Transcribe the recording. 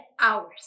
hours